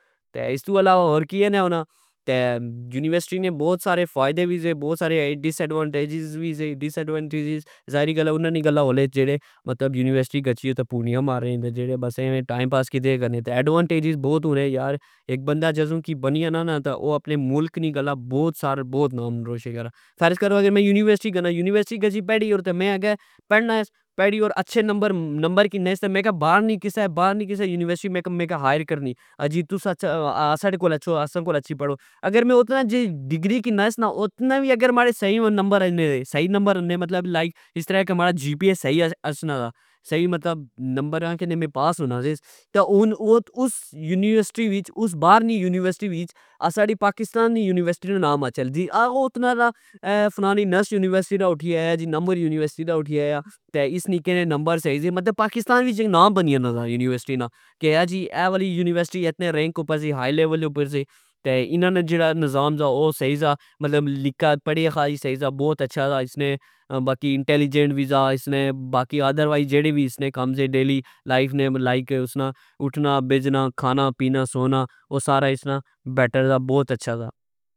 تہ استو الاوہ اور کیہ نا ہونا ,یونیورسٹی نے بوت سارے فائدے وی سے بوت سارے ڈسایڈوانٹیجیز وی سی .ذاہری گل اے انا ولی ہون لگے جیڑے یونیورسٹی گچھی اتھہ پونڈیاں مارنے جیڑے ٹئم پاس کرنے تہ ایڈوانٹیجیز بوت ہونے یار اک بندا جدو کج بنی جانا نا او اپنے ملک الہ بوت کج بوت نام روشن کرنا .فرض کرو کہ میں اگر یونیورسٹی گنا یونیورسٹی گچھی میں اگر پڑی گیو تہ پڑنا اگر اچھے نمبر کنےتہ بار نی کسہ بار نی یونیورسٹی مکی اگہ ہائر کرنی اجی تسا ساڑے کول اچھو اسا کول اچھی تہ پڑو اگر میں اتھہ ڈگری کناآس نا اتنا وی ماڑے اگر سہی نمبر ہونے لائک ماڑا جی پی اے سہی اچھنا سا سہی مطلب نمبرا کہ میں پاس ہونا ,ساس تا اس یونیورسٹی وچ اس بار نی یونیورسٹی وچ اسا نی پاکستان نی یونیورسٹی نا نام اچھہ آ او. اتنا نا فلانی نسٹ یونیورسٹی نا, اٹھی آیا جی نمل یونیورسٹی نا ,اٹھی آیا تہ اس نکے نے نمبر سہی سے. مطلب پاکستان وچ اک نابنی جانا سا یونیورسٹی نا کہ اہہ جی اے آلی یونیورسٹی سی اتنے رینک اپر سی ہائی لیول اپر سی .انا نا جیڑا نظام سا او سہی سا مطلب نکا پڑیا سہی سا بوت اچھا سا انٹیلیجینٹ وی سا باقی ادر وائز جتنے وی اسنے کم سے ڈیلی لائف نے لائک اسنا بجنا کھانا پینا سونا او سارا اسنا بیٹر سا بوت اچھا سا